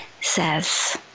says